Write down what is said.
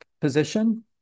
position